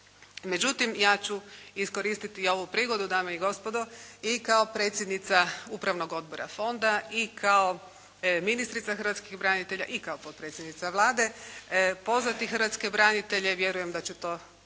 Međutim ja ću iskoristiti ovu prigodu dame i gospodo i kao predsjednica Upravnog odbora Fonda i kao ministrica hrvatskih branitelja i kao potpredsjednica Vlade pozvati hrvatske branitelje, vjerujem da ćete